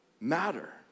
Matter